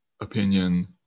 opinion